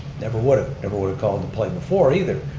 never would ah never would have called the play before either,